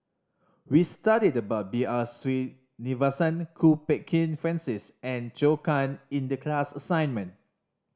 we studied about B R Sreenivasan Kwok Peng Kin Francis and Zhou Can in the class assignment